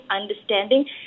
understanding